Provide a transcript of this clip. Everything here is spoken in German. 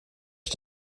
ich